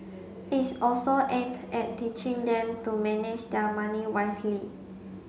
it's also aimed at teaching them to manage their money wisely